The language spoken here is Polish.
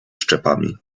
szczepami